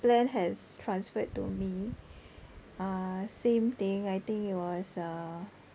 plan has transferred to me uh same thing I think it was uh